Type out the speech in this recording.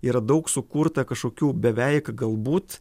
yra daug sukurta kažkokių beveik galbūt